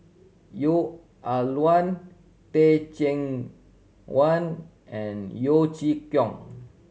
Neo Ah Luan Teh Cheang Wan and Yeo Chee Kiong